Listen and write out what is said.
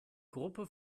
gruppe